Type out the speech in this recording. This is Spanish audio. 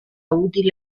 útil